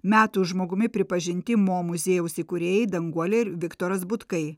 metų žmogumi pripažinti mo muziejaus įkūrėjai danguolė ir viktoras butkai